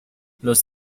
los